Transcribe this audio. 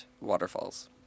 waterfalls